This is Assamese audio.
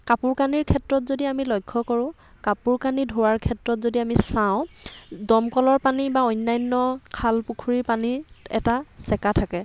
কাপোৰ কানিৰ ক্ষেত্ৰত যদি আমি লক্ষ্য কৰোঁ কাপোৰ কানি ধোৱাৰ ক্ষেত্ৰত যদি আমি চাওঁ দমকলৰ পানী বা অন্যান্য খাল পুখুৰীৰ পানীত এটা চেকা থাকে